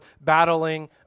battling